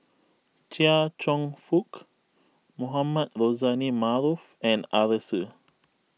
Chia Cheong Fook Mohamed Rozani Maarof and Arasu